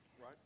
right